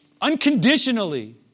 Unconditionally